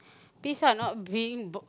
peace ah not being b~